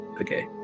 Okay